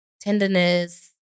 tenderness